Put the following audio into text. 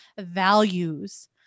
values